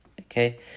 Okay